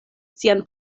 sian